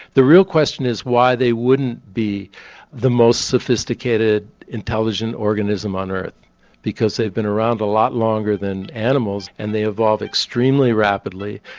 the real question is why they wouldn't be the most sophisticated intelligent organism on earth because they've been around a lot longer than animals, and they have evolved extremely rapidly,